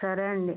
సరే అండి